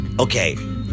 okay